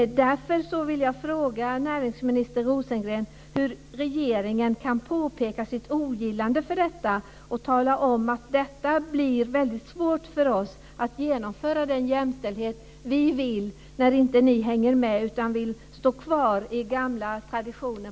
Därför vill jag fråga näringsminister Rosengren hur regeringen kan påpeka sitt ogillande av detta och tala om att det blir väldigt svårt för oss att genomföra den jämställdhet vi vill när ni inte hänger med utan vill stå kvar i gamla traditioner.